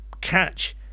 catch